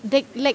th~ like